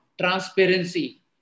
transparency